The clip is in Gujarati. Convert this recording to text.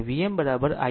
અને Vm Im z